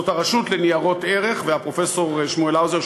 זאת הרשות לניירות ערך ופרופסור שמואל האוזר,